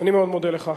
אני מאוד מודה לך.